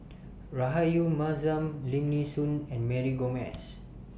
Rahayu Mahzam Lim Nee Soon and Mary Gomes